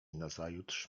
nazajutrz